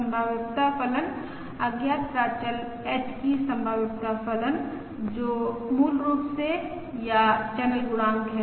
संभाव्यता फलन अज्ञात प्राचल h की संभाव्यता फलन जो मूल रूप से या चैनल गुणांक है